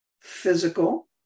physical